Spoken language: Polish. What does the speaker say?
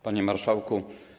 Panie Marszałku!